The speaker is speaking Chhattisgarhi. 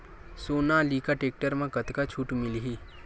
सोनालिका टेक्टर म कतका छूट मिलही?